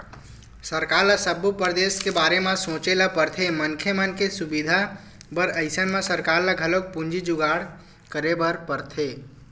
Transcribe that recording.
सरकार ल सब्बो परदेस के बारे म सोचे ल परथे मनखे मन के सुबिधा बर अइसन म सरकार ल घलोक पूंजी जुगाड़ करे बर परथे